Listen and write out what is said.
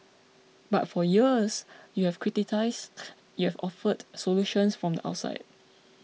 but for years you have criticised you have offered solutions from the outside